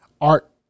art